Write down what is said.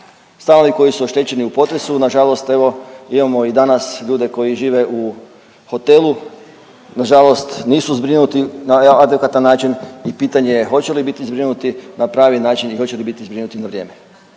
Stanovi koji su oštećeni u potresu nažalost evo imamo i danas ljude koji žive u hotelu, nažalost nisu zbrinuti na adekvatan način i pitanje je hoće li biti zbrinuti na pravi način i hoće li biti zbrinuti na vrijeme.